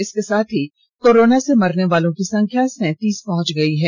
इसके साथ ही करोना से मरने वालों की संख्या सैंतीस पहुंच गयी है